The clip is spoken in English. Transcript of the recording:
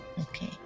Okay